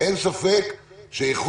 התייעצות באוזן עם עורך דין.